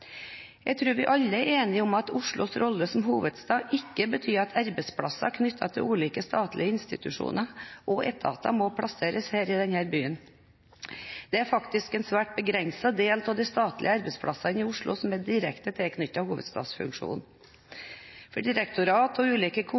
Jeg tror vi alle er enige om at Oslos rolle som hovedstad ikke betyr at arbeidsplasser knyttet til ulike statlige institusjoner og etater må plasseres i denne byen. Det er faktisk en svært begrenset del av de statlige arbeidsplassene i Oslo som er direkte tilknyttet hovedstadsfunksjonen. For direktorater og ulike